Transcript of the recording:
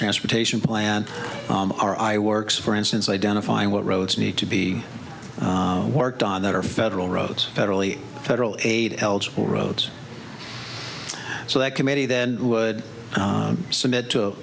transportation plan our i work for instance identifying what roads need to be worked on that are federal roads federally federal aid eligible roads so that committee then would submit to